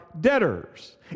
debtors